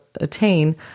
attain